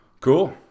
Cool